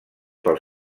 pel